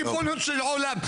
ריבונו של עולם,